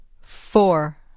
Four